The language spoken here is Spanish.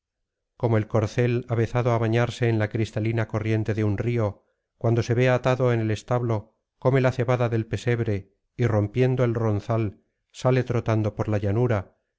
como el corcel avezado á bañarse en la cristalina corriente de un río cuando se ve atado en el establo come la cebada del pesebre y rompiendo el ronzal sale trotando por la llanura